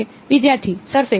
વિદ્યાર્થી સરફેસ